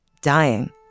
dying